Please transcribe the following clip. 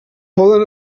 poden